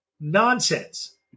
nonsense